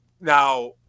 Now